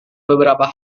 beberapa